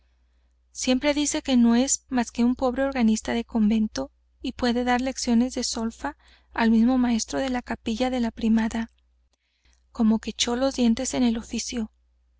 siempre dice que no es más que un pobre organista de convento y puede dar lecciones de solfa al mismo maestro de capilla de la primada como que echó los dientes en el oficio